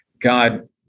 God